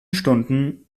stunden